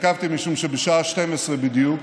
התעכבתי משום שבשעה 24:00 בדיוק